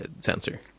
sensor